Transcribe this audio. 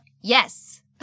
yes